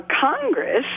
Congress